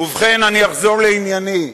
ובכן, אני אחזור לענייני.